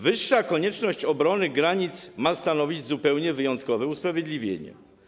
Wyższa konieczność obrony granic ma stanowić zupełnie wyjątkowe usprawiedliwienie.